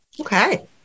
Okay